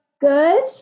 good